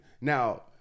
Now